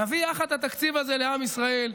נביא יחד את התקציב הזה לעם ישראל,